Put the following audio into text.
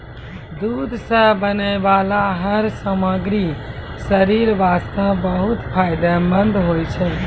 दूध सॅ बनै वाला हर सामग्री शरीर वास्तॅ बहुत फायदेमंंद होय छै